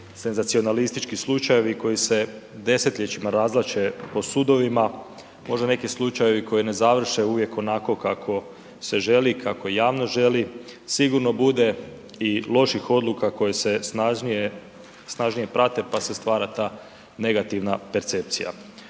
senzacionalistički slučajevi koji se desetljećima razvlače po sudovima, možda neki slučajevi koji ne završe uvijek onako kako se želi i kako javnost želi, sigurno bude i loših odluka koje se snažnije prate pa se stvara ta negativna percepcija.